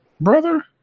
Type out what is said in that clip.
brother